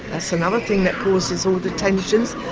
that's another thing that causes all the tensions.